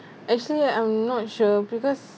actually I'm not sure because